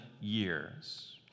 years